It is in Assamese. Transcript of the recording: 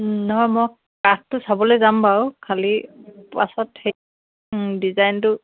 নহয় মই কাঠটো চাবলৈ যাম বাৰু খালি পাছত সেই ডিজাইনটো